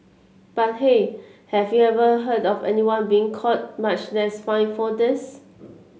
but hey have you ever heard of anyone being caught much less fined for this